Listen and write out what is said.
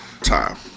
Time